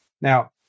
Now